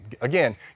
Again